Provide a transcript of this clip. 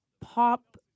pop